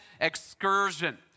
excursion